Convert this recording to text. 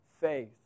faith